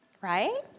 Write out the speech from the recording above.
Right